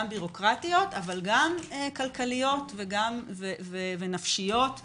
גם בירוקרטיות אבל גם כלכליות וגם נפשיות ואחרות.